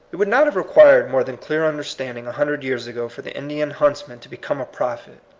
it would not have required more than clear understanding a hundred years ago for the indian huntsman to become a prophet,